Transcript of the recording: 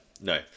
No